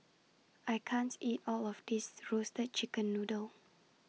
I can't eat All of This Roasted Chicken Noodle